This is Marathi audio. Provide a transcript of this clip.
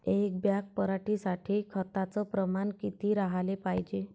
एक बॅग पराटी साठी खताचं प्रमान किती राहाले पायजे?